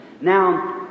Now